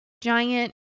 giant